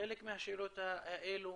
חלק מהשאלות האלה